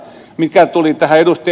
mitä tulee tähän ed